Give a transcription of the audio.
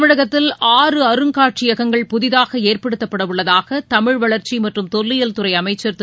தமிழகத்தில் ஆறு அருங்காட்சியகங்கள் புதிதாக ஏற்படுத்தப்படவுள்ளதாக தமிழ் வளர்ச்சி மற்றும் தொல்லியல் துறை அமைச்சர் திரு